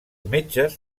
metges